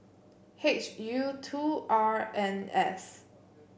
H U two R N S